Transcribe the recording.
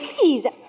please